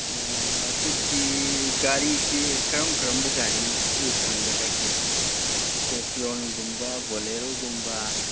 ꯎꯝ ꯑꯗꯨꯗꯤ ꯒꯥꯔꯤꯁꯤ ꯀꯔꯝ ꯀꯔꯝꯕ ꯒꯥꯔꯤ ꯐꯪꯒꯗꯒꯦ ꯏꯁꯀꯣꯔꯄꯤꯌꯣꯟꯒꯨꯝꯕ ꯕꯣꯂꯦꯔꯣꯒꯨꯝꯕ